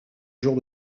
jour